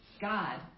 God